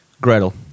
Gretel